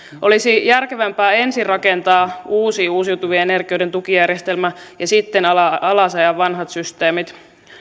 olisi järkevämpää ensin rakentaa uusi uusiutuvien energioiden tukijärjestelmä ja sitten alasajaa vanhat systeemit